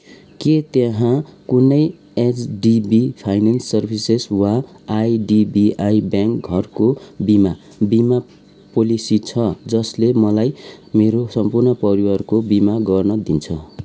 के त्यहाँ कुनै एचडिबी फाइनेन्स सर्विसेस वा आइडिबिआई ब्याङ्क घरको बिमा बिमा पोलेसी छ जसले मलाई मेरो सम्पूर्ण परिवारको बिमा गर्न दिन्छ